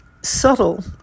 subtle